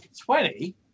Twenty